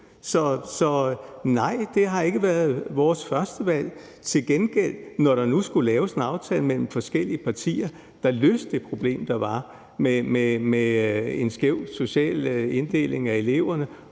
Så nej, det har ikke været vores førstevalg. Når der nu skulle laves en aftale mellem forskellige partier, der løste det problem, der var, med en skæv social inddeling af eleverne